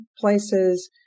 places